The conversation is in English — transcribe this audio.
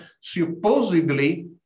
supposedly